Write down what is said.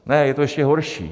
Ne, je to ještě horší.